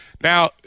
Now